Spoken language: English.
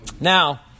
Now